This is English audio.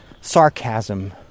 sarcasm